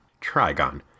Trigon